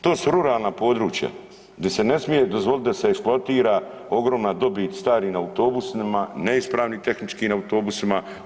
To su ruralna područja, gdje se ne smije dozvoliti da se eksploatira ogromna dobit starim autobusima, neispravnim tehnički autobusima.